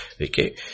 Okay